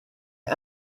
est